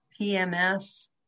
PMS